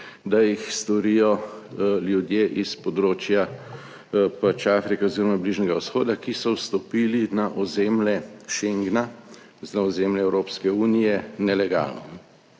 da jih storijo ljudje iz področja pač Afrike, oz. Bližnjega vzhoda, ki so vstopili na ozemlje Schengena za ozemlje Evropske unije nelegalno.